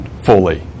fully